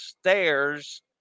stairs